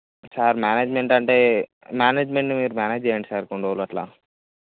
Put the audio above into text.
sir management అంటే మేనేజ్మెంట్ని మీరు మేనేజ్ చేయండి సార్ కొన్ని రోజులు అట్లా